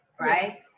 right